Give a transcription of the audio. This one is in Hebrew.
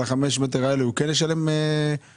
על חמשת המטרים הנוספים הוא ישלם מס?